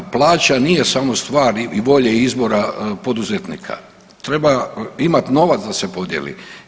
Plaća nije samo stvar volje i izbora poduzetnika, treba imat novac da se podijeli.